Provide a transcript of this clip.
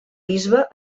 bisbe